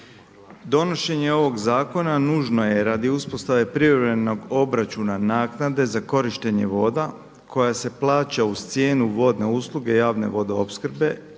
Donošenje ovog zakona nužno je radi uspostave privremenog obračuna naknade za korištenje voda koja se plaća uz cijenu vodne usluge javne vodoopskrbe